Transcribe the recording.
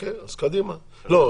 לא,